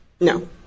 no